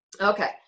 okay